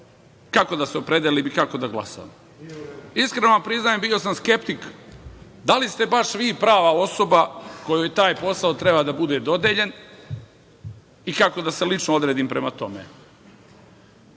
kako da se opredelim i kako da glasam. Iskreno vam priznajem, bio sam skeptik, da li ste baš vi prava osoba kojoj taj posao treba da bude dodeljen i kako da se lično odredim prema tome.